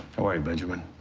how are you, benjamin?